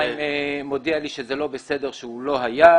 חיים מודיע לי שזה לא בסדר שהוא לא היה.